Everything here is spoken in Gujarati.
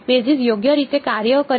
બેઝિસ યોગ્ય રીતે કાર્ય કરે છે